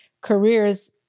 careers